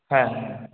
হ্যাঁ